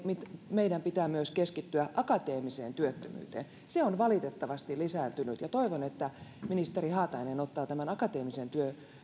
meidän pitää keskittyä myös akateemiseen työttömyyteen se on valitettavasti lisääntynyt ja toivon että ministeri haatainen ottaa tämän akateemisen